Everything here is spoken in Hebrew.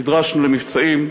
נדרשנו למבצעים,